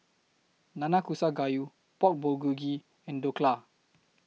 Nanakusa Gayu Pork Bulgogi and Dhokla